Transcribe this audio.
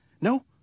No